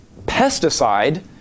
pesticide